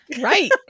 Right